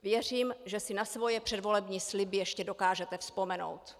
Věřím, že si na svoje předvolební sliby ještě dokážete vzpomenout.